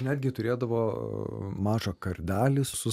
netgi turėdavo mažą kardelį su